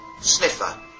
Sniffer